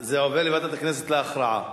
זה עובר לוועדת הכנסת להכרעה.